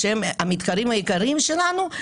שהם המתחרים העיקריים שלנו,